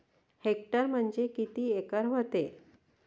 Hectare म्हणजे किती acre व्हते?